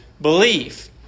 belief